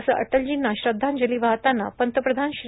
असं अटलजींना श्रद्धांजली वाहतांना पंतप्रधान श्री